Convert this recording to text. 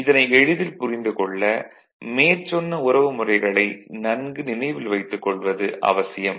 இதனை எளிதில் புரிந்துகொள்ள மேற்சொன்ன உறவுமுறைகளை நன்கு நினைவில் வைத்துக் கொள்வது அவசியம்